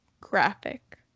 graphic